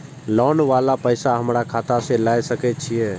Loan वाला पैसा हमरा खाता से लाय सके छीये?